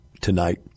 tonight